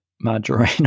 margarine